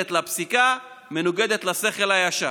מנוגדת לפסיקה, מנוגדת לשכל הישר.